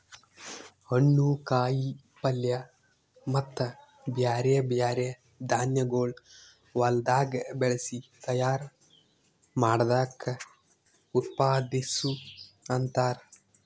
ಹಣ್ಣು, ಕಾಯಿ ಪಲ್ಯ ಮತ್ತ ಬ್ಯಾರೆ ಬ್ಯಾರೆ ಧಾನ್ಯಗೊಳ್ ಹೊಲದಾಗ್ ಬೆಳಸಿ ತೈಯಾರ್ ಮಾಡ್ದಕ್ ಉತ್ಪಾದಿಸು ಅಂತಾರ್